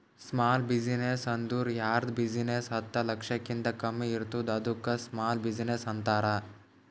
small business ಅಂದುರ್ ಯಾರ್ದ್ business ಹತ್ತ ಲಕ್ಷಕಿಂತಾ ಕಮ್ಮಿ ಇರ್ತುದ್ ಅದ್ದುಕ ಸ್ಮಾಲ್ ಬಿಜಿನೆಸ್ ಅಂತಾರ